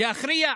להכריע?